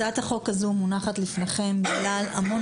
הצעת החוק הזו מונחת לפניכם בגלל המון